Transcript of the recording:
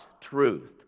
truth